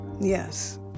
yes